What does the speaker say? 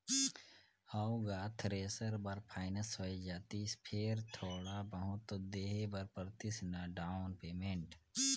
हव गा थेरेसर बर फाइनेंस होए जातिस फेर थोड़ा बहुत तो देहे बर परतिस ना डाउन पेमेंट